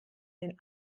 den